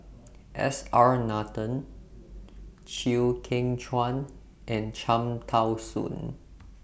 S R Nathan Chew Kheng Chuan and Cham Tao Soon